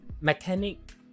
mechanic